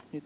nyt